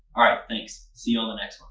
alright thanks. see you on the next one